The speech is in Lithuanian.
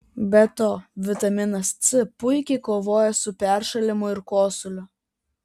be to vitaminas c puikiai kovoja su peršalimu ir kosuliu